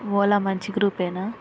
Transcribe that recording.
ఓలా మంచి గ్రూపేనా